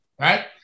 right